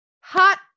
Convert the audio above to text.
hot